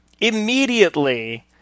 immediately